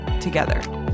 together